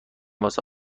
واسه